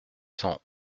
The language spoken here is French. cent